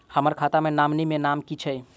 हम्मर खाता मे नॉमनी केँ नाम की छैय